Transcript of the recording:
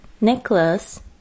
Necklace